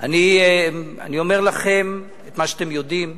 אני אומר לכם את מה שאתם יודעים,